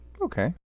Okay